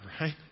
right